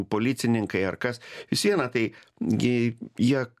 policininkai ar kas vis viena tai gi jie